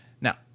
Now